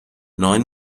neun